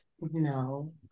No